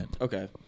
okay